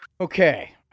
Okay